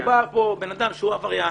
מדובר כאן בבן אדם שהוא עבריין,